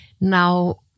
Now